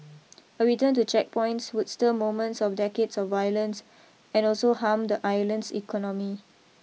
a return to checkpoints would stir moments of decades of violence and also harm the island's economy